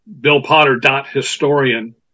billpotter.historian